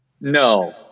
No